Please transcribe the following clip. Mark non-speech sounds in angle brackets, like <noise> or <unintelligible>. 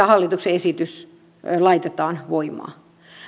<unintelligible> hallituksen esitys laitetaan voimaan